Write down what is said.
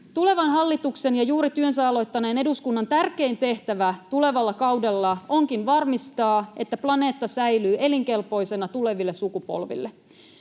Tulevan hallituksen ja juuri työnsä aloittaneen eduskunnan tärkein tehtävä tulevalla kaudella onkin varmistaa, että planeetta säilyy elinkelpoisena tuleville sukupolville.